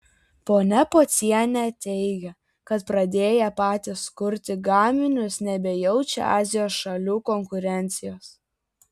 ponia pocienė teigia kad pradėję patys kurti gaminius nebejaučia azijos šalių konkurencijos